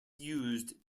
used